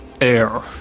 air